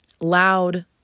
loud